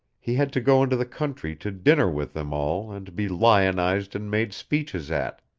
he had to go into the country to dinner with them all and be lionized and made speeches at,